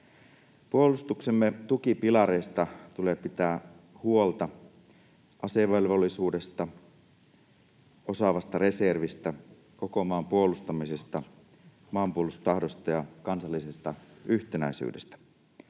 Puolustuksemme tukipilareista tulee pitää huolta: asevelvollisuudesta, osaavasta reservistä, koko maan puolustamisesta, maanpuolustustahdosta ja kansallisesta yhtenäisyydestä.